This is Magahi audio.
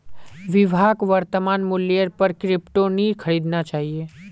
विभाक वर्तमान मूल्येर पर क्रिप्टो नी खरीदना चाहिए